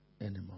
anymore